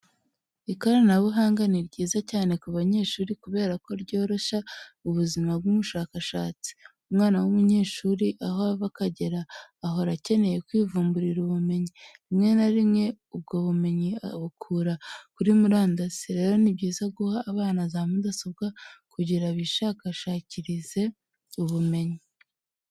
Ikoranabuhanga ni ryiza cyane ku banyeshuri kubera ko ryoroshya ubuzima bw'ubushakashatsi, umwana w'umunyeshuri, aho ava akagera ahora akeneye kwivumburira ubumenyi, rimwe na rimwe ubwo bumenyi abukura kuri murandasi, rero ni byiza guha abana za mudasobwa kugira bishakishirize ubumenyi.